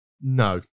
No